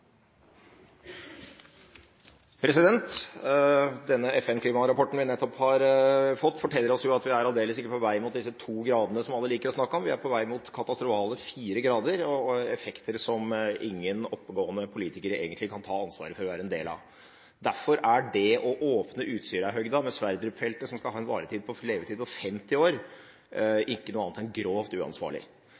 vi nettopp har fått, forteller oss at vi aldeles ikke er på vei mot disse to gradene som alle liker å snakke om – vi er på vei mot katastrofale fire grader og effekter som ingen oppegående politikere egentlig kan ta ansvaret for å være en del av. Derfor er det å åpne Utsirahøgda med Sverdrup-feltet, som skal ha en levetid på femti år, ikke noe annet enn grovt uansvarlig.